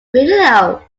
video